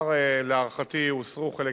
התשובה, להערכתי הוסרו כבר חלק